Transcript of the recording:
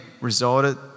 resulted